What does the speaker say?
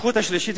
הזכות השלישית,